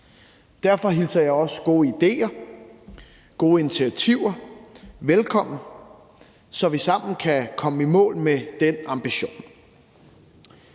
Derfor hilser jeg også gode idéer og gode initiativer velkommen, så vi sammen kan komme i mål med den ambition.